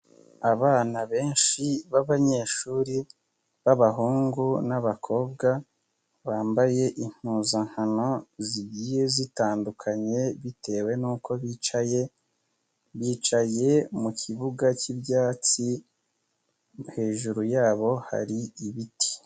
Abana benshi b'abanyeshuri b'abahungu n'abakobwa, bambaye impuzankano zigiye zitandukanye bitewe nuko bicaye, bicaye mu kibuga cy'ibyatsi, hejuru yabo hari ibiti.